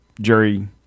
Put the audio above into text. jury